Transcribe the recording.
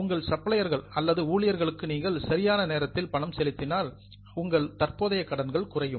உங்கள் சப்ளையர்கள் அல்லது ஊழியர்களுக்கு நீங்கள் சரியான நேரத்தில் பணம் செலுத்தினால் உங்கள் தற்போதைய கடன்கள் குறையும்